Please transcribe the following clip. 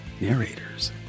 narrators